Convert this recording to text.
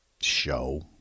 show